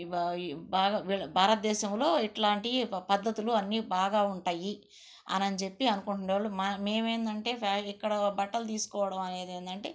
భారతదేశంలో ఇట్లాంటి పద్ధతులు అన్నీ బాగా ఉంటాయి అని చెప్పి అనుకునే వాళ్ళు మేము ఏంటంటే ఫ్యాషన్ ఇక్కడ బట్టలు తీసుకోవడం అనేది ఏంటంటే